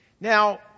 Now